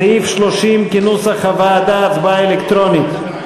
סעיף 30 כנוסח הוועדה, הצבעה אלקטרונית.